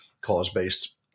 cause-based